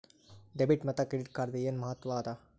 Debit ಮತ್ತ credit ಕಾರ್ಡದ್ ಏನ್ ಮಹತ್ವ ಅದ?